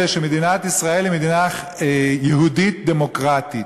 שמדינת ישראל היא מדינה יהודית דמוקרטית.